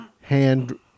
hand